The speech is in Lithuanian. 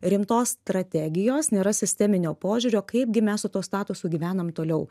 rimtos strategijos nėra sisteminio požiūrio kaip gi mes su tuo statusu gyvenam toliau